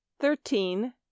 thirteen